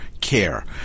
care